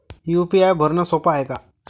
UPI भरनं सोप हाय का?